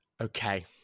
okay